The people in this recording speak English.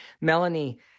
Melanie